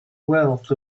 wealth